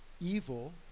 evil